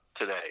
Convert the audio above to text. today